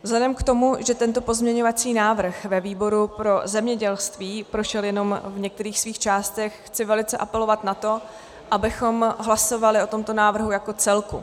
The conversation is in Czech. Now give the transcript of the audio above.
Vzhledem k tomu, že tento pozměňovací návrh ve výboru pro zemědělství prošel jenom v některých svých částech, chci velice apelovat na to, abychom hlasovali o tomto návrhu jako celku.